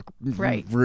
right